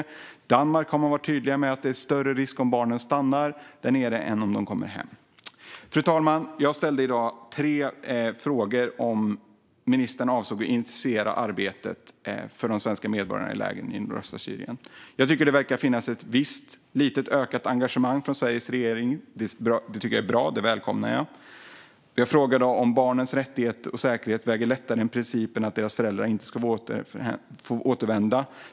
I Danmark har man varit tydlig med att det är större risk om barnen stannar där nere än om de kommer hem. Fru talman! Jag ställde i dag tre frågor om huruvida ministern avser att intensifiera arbetet för de svenska medborgarna i lägren i nordöstra Syrien. Jag tycker att det verkar finnas ett visst ökat engagemang från Sveriges regering. Det tycker jag är bra; det välkomnar jag. Jag frågade om barnens rättigheter och säkerhet väger lättare än principen att deras föräldrar inte ska få återvända.